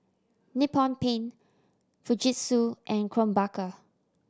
Nippon Paint Fujitsu and Krombacher